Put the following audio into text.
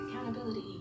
accountability